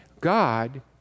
God